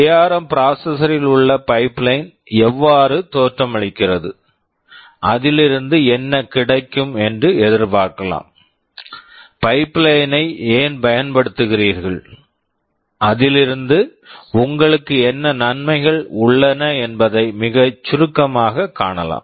ARM ARM processor processor ல் உள்ள pipeline pipeline எவ்வாறு தோற்றமளிக்கிறது அதிலிருந்து என்ன கிடைக்கும் என்று எதிர்பார்க்கலாம் பைப்லைனை pipeline ஐ ஏன் பயன்படுத்துகிறீர்கள் அதிலிருந்து உங்களுக்கு என்ன நன்மைகள் உள்ளன என்பதை மிகச் சுருக்கமாகக் காணலாம்